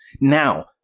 Now